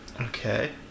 okay